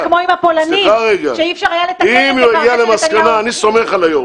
כמו עם הפולנים שאי אפשר יהיה לתקן --- אני סומך על היו"ר,